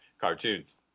cartoons